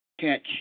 catch